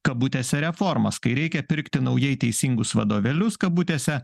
kabutėse reformas kai reikia pirkti naujai teisingus vadovėlius kabutėse